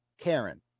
Karen